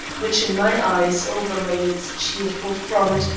which, in my eyes, overlay its cheerful front,